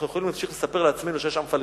אנחנו יכולים להמשיך לספר לעצמנו שיש עם פלסטיני.